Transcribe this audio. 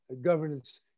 governance